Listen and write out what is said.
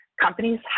companies